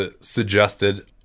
suggested